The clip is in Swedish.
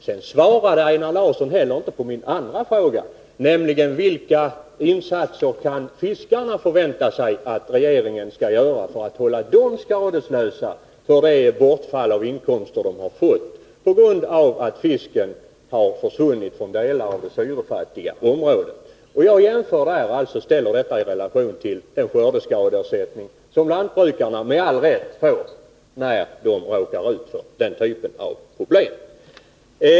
Sedan svarade inte Einar Larsson på min andra fråga, om vilka insatser yrkesfiskarna kan förvänta sig att regeringen skall vidta för att hålla dem skadeslösa för det inkomstbortfall som de fått vidkännas på grund av att fisken har försvunnit från delar av det syrefattiga området. Jag ställer detta i relation till den skördeskadeersättning som lantbrukare med all rätt får när de råkar ut för den här typen av problem.